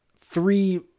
three